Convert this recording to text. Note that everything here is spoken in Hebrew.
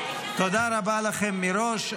תודה רבה לכם מראש.